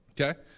Okay